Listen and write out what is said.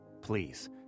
please